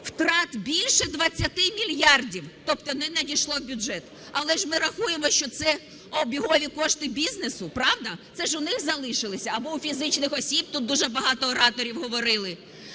втрат більше 20 мільярдів, тобто не надійшло в бюджет. Але ж ми рахуємо, що це обігові кошти бізнесу, правда? Це ж у них залишилися, або у фізичних осіб, тут дуже багато ораторів говорили.